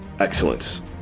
excellence